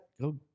go